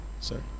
sir